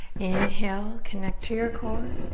inhale, connect to your core.